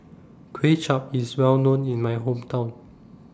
Kuay Chap IS Well known in My Hometown